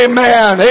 Amen